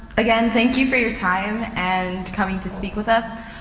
again, thank you for your time and coming to speak with us.